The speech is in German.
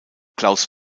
klaus